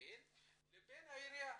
מקרקעין לבין העיריה.